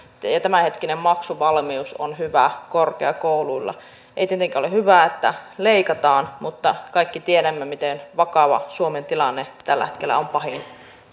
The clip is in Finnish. tämänhetkinen maksuvalmius on hyvä korkeakouluilla ei tietenkään ole hyvä että leikataan mutta kaikki tiedämme miten vakava suomen tilanne tällä hetkellä on pahin